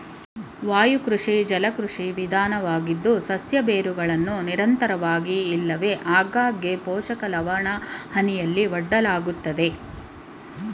ವಾಯುಕೃಷಿ ಜಲಕೃಷಿ ವಿಧಾನವಾಗಿದ್ದು ಸಸ್ಯ ಬೇರುಗಳನ್ನು ನಿರಂತರವಾಗಿ ಇಲ್ಲವೆ ಆಗಾಗ್ಗೆ ಪೋಷಕ ಲವಣಹನಿಯಲ್ಲಿ ಒಡ್ಡಲಾಗ್ತದೆ